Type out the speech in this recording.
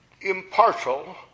impartial